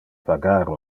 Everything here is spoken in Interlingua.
pagar